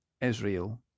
Israel